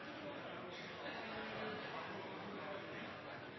der, er det